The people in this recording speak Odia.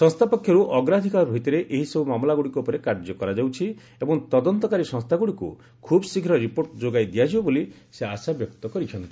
ସଂସ୍ଥା ପକ୍ଷରୁ ଅଗ୍ରାଧିକାର ଭିଭିରେ ଏହିସବୁ ମାମଲାଗୁଡ଼ିକ ଉପରେ କାର୍ଯ୍ୟ କରାଯାଉଛି ଏବଂ ତଦନ୍ତକାରୀ ସଂସ୍ଥାଗୁଡ଼ିକୁ ଖୁବ୍ ଶୀଘ୍ର ରିପୋର୍ଟ ଯୋଗାଇ ଦିଆଯିବ ବୋଲି ସେ ଆଶା ବ୍ୟକ୍ତ କରିଛନ୍ତି